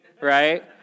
right